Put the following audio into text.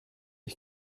ich